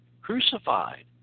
crucified